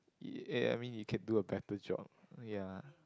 eh I mean you can do a better job ya